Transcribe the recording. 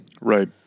Right